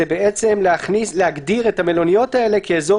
זה בעצם להגדיל את המלוניות האלה כאזור